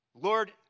Lord